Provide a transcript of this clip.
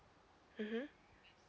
mmhmm